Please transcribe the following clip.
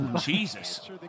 Jesus